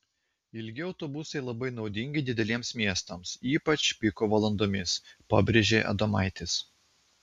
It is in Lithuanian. ilgi autobusai labai naudingi dideliems miestams ypač piko valandomis pabrėžė adomaitis